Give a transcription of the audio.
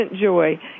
joy